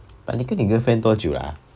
but 你跟你 girlfriend 多久了 ah